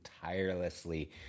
tirelessly